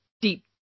deep